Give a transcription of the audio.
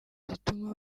zituma